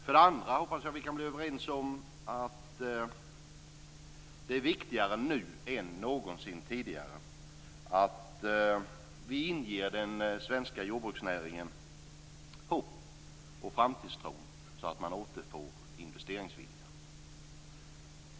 För det andra hoppas jag att vi kan bli överens om att det är viktigare nu än någonsin tidigare att vi inger den svenska jordbruksnäringen hopp och framtidstro, så att man återfår investeringsviljan.